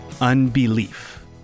unbelief